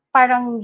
parang